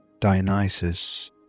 Dionysus